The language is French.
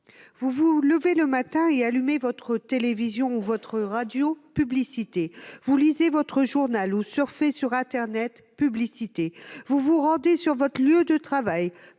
Vous vous levez le matin et allumez votre télévision ou votre radio : publicité ! Vous lisez votre journal ou surfez sur internet : publicité ! Vous vous rendez sur votre lieu de travail :